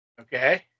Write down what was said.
Okay